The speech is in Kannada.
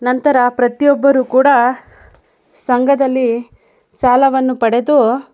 ನಂತರ ಪ್ರತಿಯೊಬ್ಬರು ಕೂಡ ಸಂಘದಲ್ಲಿ ಸಾಲವನ್ನು ಪಡೆದು